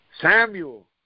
Samuel